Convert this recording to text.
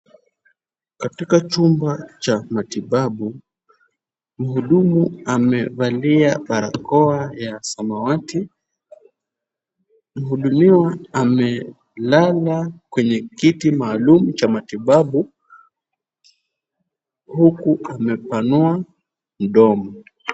Katika chumba cha matibabu, muhudumu amevalia barakoa ya samawati. Muhudumiwa amelala kwenye kiti maalum cha matibabu huku amepanua mdomo.